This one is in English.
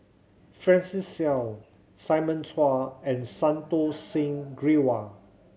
Francis Seow Simon Chua and Santokh Singh Grewal